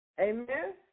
Amen